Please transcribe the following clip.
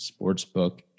sportsbook